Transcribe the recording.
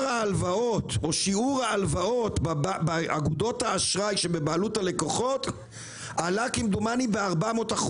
שיעור ההלוואות באגודות האשראי שבבעלות הלקוחות עלה ב-400%.